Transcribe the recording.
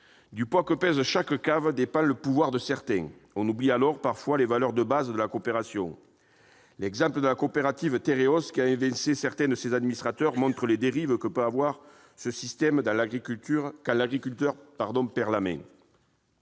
Du poids de chaque cave dépend le pouvoir de certains. On oublie alors, parfois, les valeurs de base de la coopération. L'exemple de la coopérative Tereos, qui a évincé certains de ses administrateurs, montre les dérives possibles d'un tel système quand l'agriculteur perd la main.